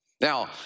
Now